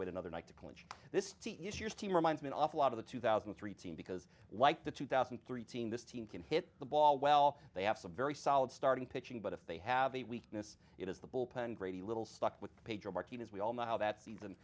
wait another night to clinch this to use your team reminds me an awful lot of the two thousand and three team because like the two thousand and three team this team can hit the ball well they have some very solid starting pitching but if they have a weakness it is the bullpen grady little stuck with pedro martinez we all know how that season